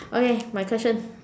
okay my question